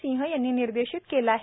सिंह यांनी निर्देशीत केले आहे